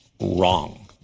wrong